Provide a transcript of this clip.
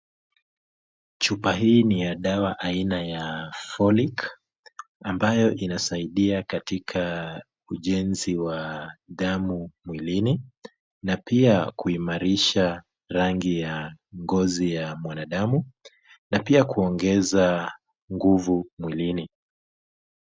Chupa hii ni ya dawa aina ya Folic, ambayo inasaidia katika ujenzi wa damu mwilini na pia kuimarisha rangi ya ngozi ya mwanadamu na pia kuongeza nguvu mwilini.